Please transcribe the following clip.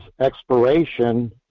expiration